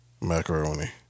Macaroni